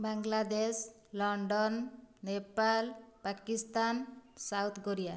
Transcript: Bangladesh London Nepal Pakistan South Korea